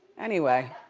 anyway.